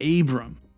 Abram